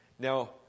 Now